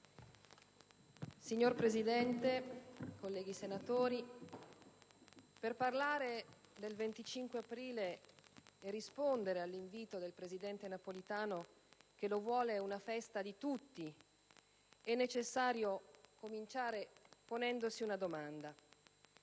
Signor Presidente, colleghi senatori, per parlare del 25 aprile e rispondere all'invito del presidente Napolitano che lo vuole una festa di tutti, è necessario cominciare ponendosi alcune domande: